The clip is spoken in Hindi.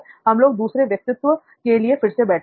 हम लोग दूसरे व्यक्तित्व के लिए फिर से बैठेंगे